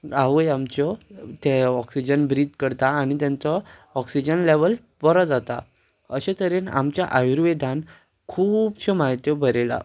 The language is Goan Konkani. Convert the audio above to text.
आवय आमच्यो ते ऑक्सिजन ब्रीद करता आनी तांचो ऑक्सिजन लेवल बरो जाता अशे तरेन आमच्या आयुर्वेदान खुबश्यो म्हायत्यो बरयला